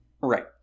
Right